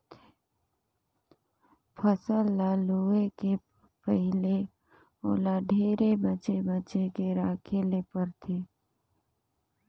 फसल ल लूए के पहिले ओला ढेरे बचे बचे के राखे ले परथे